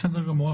בסדר גמור.